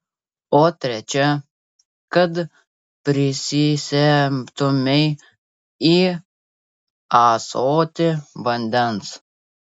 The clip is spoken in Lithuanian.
o trečią kad prisisemtumei į ąsotį vandens